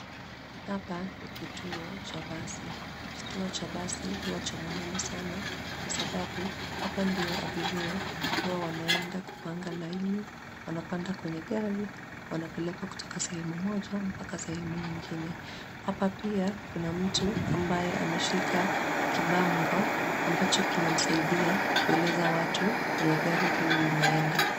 Hapa ni kituo cha basi, kituo cha basi huwa cha muhimu sana kwa sababu hapa ndio abiria huwa wanaenda kupanga laini, wanapanda kwenye gari, wanapelekwa kutoka sehemu moja mpaka sehemu nyingine. Hapa pia kuna mtu ambaye ameshika kibango ambacho kinamsaidia kueleza watu kwenye gari hili linaenda.